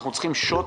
אנחנו צריכים שוט